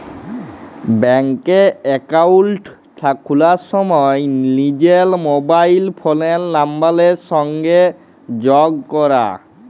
ব্যাংকে একাউল্ট খুলার সময় লিজের মবাইল ফোলের লাম্বারের সংগে যগ ক্যরা